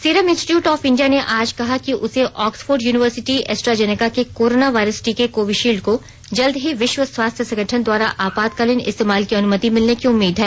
serum Institute of India ने आज कहा कि उसे ऑक्सफोर्ड यूनिवर्सिटी एस्ट्राजेनेका के कोरोना वायरस टीके कोविशील्ड को जल्द ही विश्व स्वास्थ्य संगठन द्वारा आपातकालीन इस्तेमाल की अनुमति मिलने की उम्मीद है